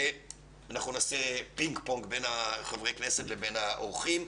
נעשה פינג-פונג בין חברי הכנסת לבין האורחים.